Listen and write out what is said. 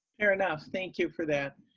fair enough, thank you for that.